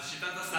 זאת שיטת הסלמי,